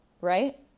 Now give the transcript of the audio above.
Right